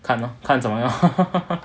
看 lor 看怎么样